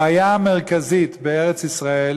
הבעיה המרכזית בארץ-ישראל,